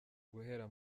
guhera